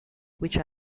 which